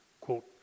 quote